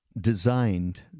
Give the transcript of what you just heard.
designed